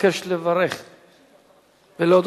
מבקש לברך ולהודות.